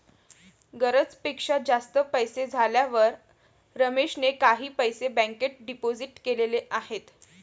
गरजेपेक्षा जास्त पैसे झाल्यावर रमेशने काही पैसे बँकेत डिपोजित केलेले आहेत